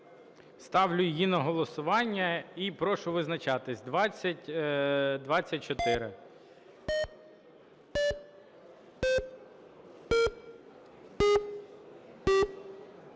Ставлю її на голосування і прошу визначатись. 2024.